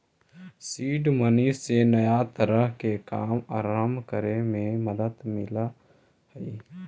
seed money से नया तरह के काम आरंभ करे में मदद मिलऽ हई